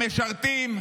המשרתים,